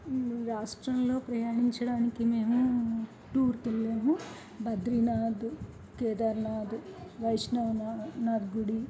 రాష్ట్రంలో ప్రయాణించడానికి మేము టూర్కి వెళ్ళాం బద్రీనాథ్ కేదార్నాథ్ వైష్ణవ నాథ్ గుడి